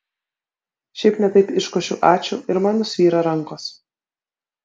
šiaip ne taip iškošiu ačiū ir man nusvyra rankos